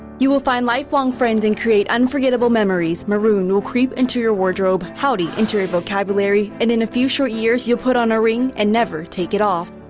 you will find lifelong friends and create unforgettable memories. maroon will creep into your wardrobe, howdy into your vocabulary, and in a few short years you'll put on a ring and never take it off.